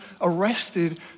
arrested